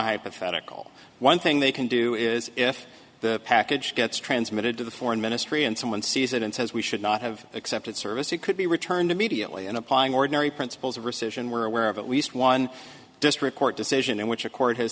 hypothetical one thing they can do is if the package gets transmitted to the foreign ministry and someone sees it and says we should not have accepted service it could be returned immediately in applying ordinary principles of rescission we're aware of at least one district court decision in which a court has